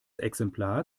exemplar